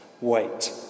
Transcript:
wait